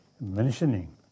mentioning